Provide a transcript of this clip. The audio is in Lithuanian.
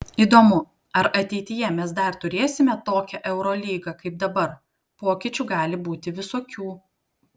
įdomu ar ateityje mes dar turėsime tokią eurolygą kaip dabar pokyčių gali būti visokių